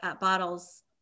bottles